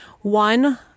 One